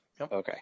Okay